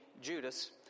Judas